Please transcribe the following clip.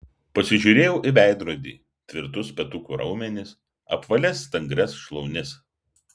pasižiūrėjau į veidrodį tvirtus petukų raumenis apvalias stangrias šlaunis